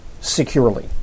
securely